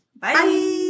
Bye